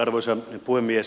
arvoisa puhemies